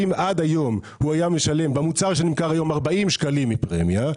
כי אם עד היום הוא היה משלם במוצר שנמכר היום 40 שקלים פרמיה,